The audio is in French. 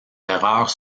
erreurs